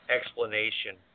explanation